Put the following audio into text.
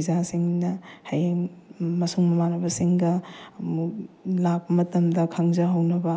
ꯏꯆꯥꯁꯤꯡꯅ ꯍꯌꯦꯡ ꯃꯁꯨꯡ ꯃꯃꯥꯟꯅꯕꯁꯤꯡꯒ ꯑꯃꯨꯛ ꯂꯥꯛꯄ ꯃꯇꯝꯗ ꯈꯪꯖꯍꯧꯅꯕ